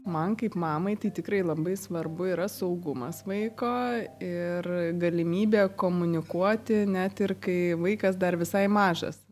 man kaip mamai tai tikrai labai svarbu yra saugumas vaiko ir galimybė komunikuoti net ir kai vaikas dar visai mažas